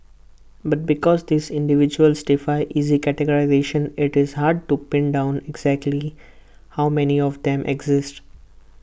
but because these individuals defy easy categorisation IT is hard to pin down exactly how many of them exist